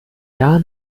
gar